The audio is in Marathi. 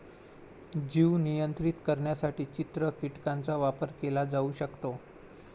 जीव नियंत्रित करण्यासाठी चित्र कीटकांचा वापर केला जाऊ शकतो